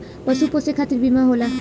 पशु पोसे खतिर बीमा होला